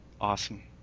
Awesome